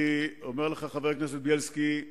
חבר הכנסת בילסקי,